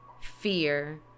fear